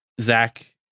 Zach